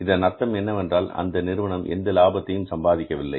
இதன் அர்த்தம் என்னவென்றால் அந்த நிறுவனம் எந்த லாபத்தையும் சம்பாதிக்கவில்லை